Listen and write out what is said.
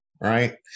right